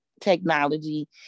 technology